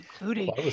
including